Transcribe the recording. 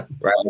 right